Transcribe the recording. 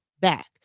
back